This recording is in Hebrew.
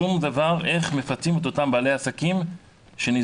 שום דבר איך מפצים את אותם בעלי עסקים שניזוקים.